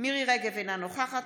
מירי מרים רגב, אינה נוכחת